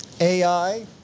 AI